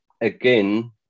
again